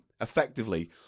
effectively